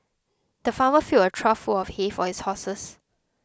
the farmer filled a trough full of hay for his horses